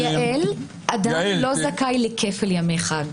יעל, עדיין לא זכאי לכפל ימי חג.